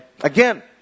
Again